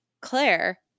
Claire